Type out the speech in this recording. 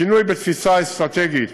שינוי בתפיסה אסטרטגית